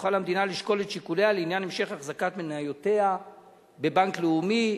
תוכל המדינה לשקול את שיקוליה לעניין המשך החזקת מניותיה בבנק לאומי.